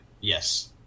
yes